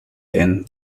pin